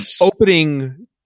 opening